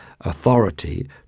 authority